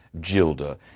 Gilda